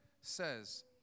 says